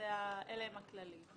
אלה הם הכללים.